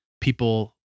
people